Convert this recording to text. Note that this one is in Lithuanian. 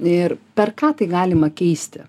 ir per ką tai galima keisti